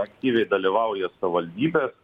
aktyviai dalyvauja savivaldybės